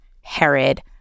Herod